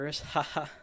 haha